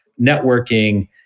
networking